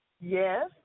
yes